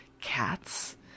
Cats